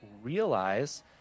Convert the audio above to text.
realize